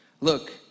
Look